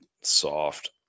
soft